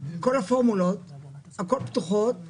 כל הפורמולות פתוחות וברורות,